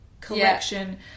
collection